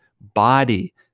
body